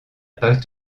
pas